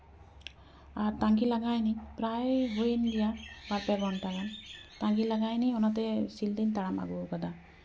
ᱟᱨ ᱛᱟᱸᱜᱤ ᱞᱟᱸᱜᱟᱭ ᱱᱤᱧ ᱯᱨᱟᱭ ᱦᱩᱭᱮᱱ ᱜᱮᱭᱟ ᱵᱟᱨ ᱯᱮ ᱜᱷᱚᱱᱴᱟ ᱜᱟᱱ ᱛᱟᱸᱜᱤ ᱞᱟᱸᱜᱟᱭᱱᱤᱧ ᱚᱱᱟᱛᱮ ᱥᱤᱞᱫᱟᱹᱧ ᱛᱟᱲᱟᱢ ᱟᱜᱩᱣᱟᱠᱟᱫᱟ